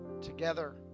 together